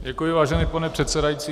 Děkuji, vážený pane předsedající.